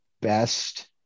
best